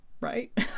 right